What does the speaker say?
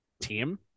team